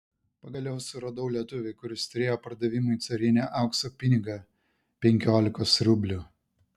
pagaliau suradau lietuvį kuris turėjo pardavimui carinį aukso pinigą penkiolikos rublių